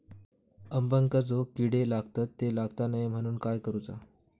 अंब्यांका जो किडे लागतत ते लागता कमा नये म्हनाण काय करूचा?